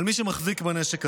על מי שמחזיק בנשק הזה.